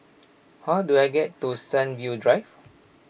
how do I get to Sunview Drive